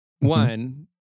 One